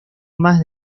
más